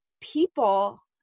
people